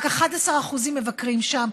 רק 11% מבקרים שם.